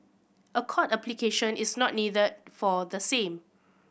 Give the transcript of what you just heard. a court application is not needed for the same